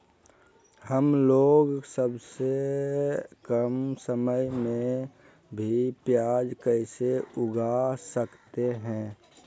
हमलोग सबसे कम समय में भी प्याज कैसे उगा सकते हैं?